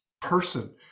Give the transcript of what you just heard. person